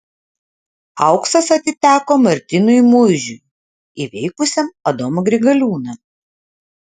auksas atiteko martynui muižiui įveikusiam adomą grigaliūną